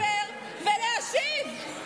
אם שר האוצר לא מסוגל לבוא ולדבר ולהשיב,